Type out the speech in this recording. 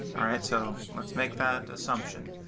all right. so let's make that assumption.